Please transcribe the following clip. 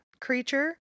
creature